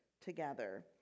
together